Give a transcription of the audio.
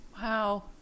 Wow